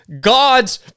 God's